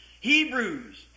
Hebrews